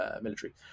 military